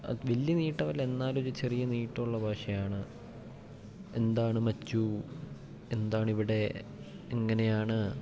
വലിയ നീട്ടവല്ല എന്നാലൊരു ചെറിയ നീട്ടമുള്ള ഭാഷയാണ് എന്താണ് മച്ചു എന്താണിവിടെ ഇങ്ങനെയാണ്